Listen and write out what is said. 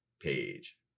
page